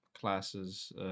classes